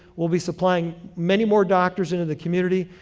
will be supplying many more doctors into the community,